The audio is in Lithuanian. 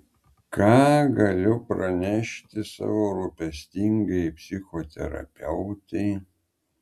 ką galiu pranešti savo rūpestingajai psichoterapeutei